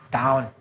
down